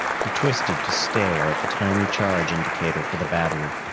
he twisted to stare at the tiny charge-indicator for the battery.